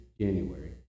January